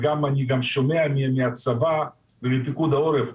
ואני שומע גם מהצבא ומפיקוד העורף,